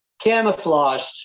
camouflaged